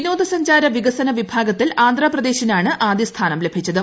വിനോദ സഞ്ചാര വികസന വിഭാഗത്തിൽ ആന്ധ്രാപ്രദേശിനാണ് ആദൃ സ്ഥാനം ലഭിച്ചത്